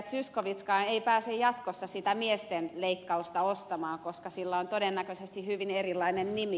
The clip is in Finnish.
zyskowiczkaan ei pääse jatkossa sitä miesten leik kausta ostamaan koska sillä on todennäköisesti hyvin erilainen nimi